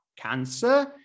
cancer